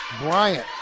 Bryant